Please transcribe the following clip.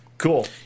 cool